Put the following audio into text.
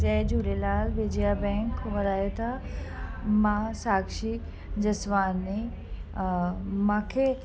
जय Jhulelal Vijaya bank ॻाल्हायो था मां साक्षी जसवानी मूंखे